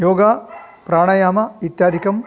योगप्राणायाम इत्यादिकं